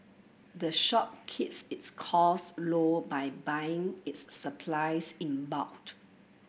the shop keeps its cost low by buying its supplies in